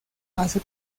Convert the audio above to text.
hace